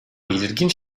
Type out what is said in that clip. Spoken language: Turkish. belirgin